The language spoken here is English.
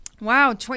Wow